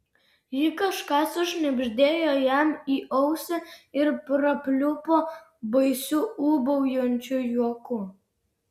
ji kažką sušnibždėjo jam į ausį ir prapliupo baisiu ūbaujančiu juoku